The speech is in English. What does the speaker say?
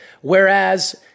Whereas